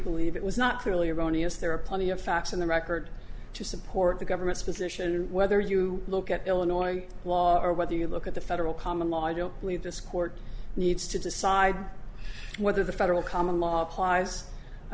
believe it was not clearly erroneous there are plenty of facts in the record to support the government's position whether you look at illinois law or whether you look at the federal common law i don't believe this court needs to decide whether the federal common law applies i